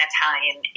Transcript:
Italian